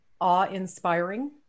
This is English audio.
awe-inspiring